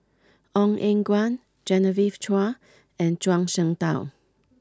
Ong Eng Guan Genevieve Chua and Zhuang Shengtao